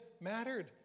mattered